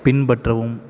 பின்பற்றவும்